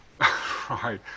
Right